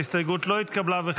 ההסתייגות לא התקבלה.